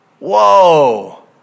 Whoa